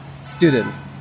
students